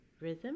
rhythm